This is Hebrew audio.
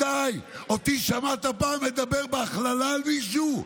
אותי שמעת פעם מדבר בהכללה על מישהו?